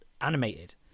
animated